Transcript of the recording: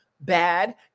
bad